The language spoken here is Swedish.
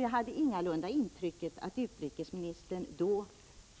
Jag fick inget intryck då av att utrikesministern